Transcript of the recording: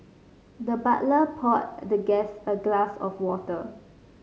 the butler poured the guest a glass of water